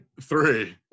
Three